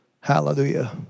Hallelujah